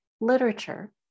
literature